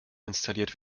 installiert